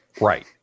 Right